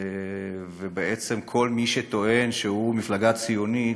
ובעצם כל מי שטוען שהוא מפלגה ציונית,